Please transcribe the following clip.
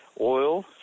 oil